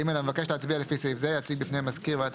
(ג) המבקש להצביע לפי סעיף זה יציג בפני מזכיר ועדת